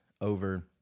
over